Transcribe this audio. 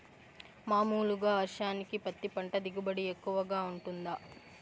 మామూలుగా వర్షానికి పత్తి పంట దిగుబడి ఎక్కువగా గా వుంటుందా?